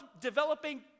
developing